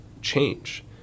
change